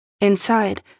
Inside